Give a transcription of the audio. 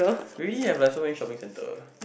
we already have like so many shopping centre